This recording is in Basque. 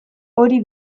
hori